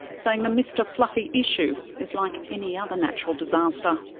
saying the mr fluffy issue is like any other natural disaster.